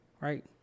right